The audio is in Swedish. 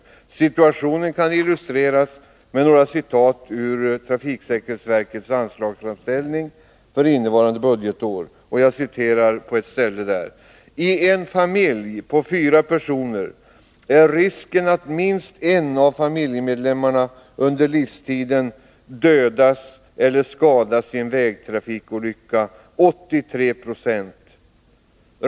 Situationen kan illustreras med några citat ur trafiksäkerhetsverkets anslagsframställning för innevarande budgetår: ”Ten familj på fyra personer är risken att minst en av familjemedlemmarna under livstiden dödas eller skadas i en vägtrafikolycka 83 26.